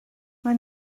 mae